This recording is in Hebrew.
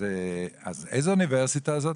אז איזו אוניברסיטה זאת?